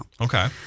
Okay